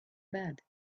bed